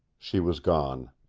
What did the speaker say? she was gone.